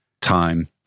time